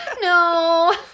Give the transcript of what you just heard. No